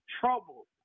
trouble